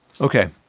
Okay